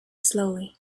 slowly